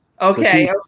Okay